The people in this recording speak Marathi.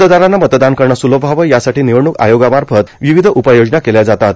मतदारांना मतदान करणं सुलभ व्हावं यासाठी निवडणूक आयोगामाफत र्वावध उपाययोजना केल्या जातात